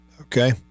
Okay